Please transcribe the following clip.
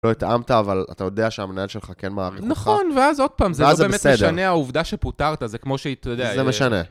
לא התאמת, אבל אתה יודע שהמנהל שלך כן מעריך אותך. נכון, ואז עוד פעם, ואז זה בסדר, זה לא באמת משנה העובדה שפוטרת זה כמו שהיא, אתה יודע... זה משנה.